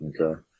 okay